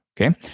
Okay